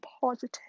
positive